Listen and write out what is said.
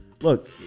look